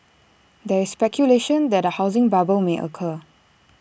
there is speculation that A housing bubble may occur